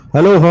Hello